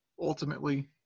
ultimately